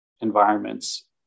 environments